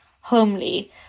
homely